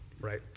right